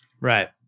Right